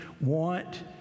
want